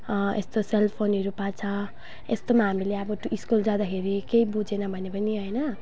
यस्तो सेलफोनहरू पाएको छ यस्तोमा हामीले अब स्कुल जाँदाखेरि केही बुझेन भने पनि होइन